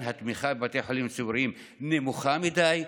התמיכה בבתי חולים ציבוריים מעטה מדי.